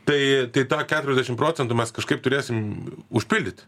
tai tai tą keturiasdešim procentų mes kažkaip turėsim užpildyt